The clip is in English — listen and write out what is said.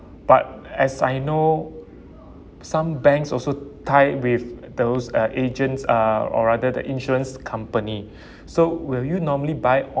but as I know some banks also tied with those uh agents uh or rather the insurance company so will you normally buy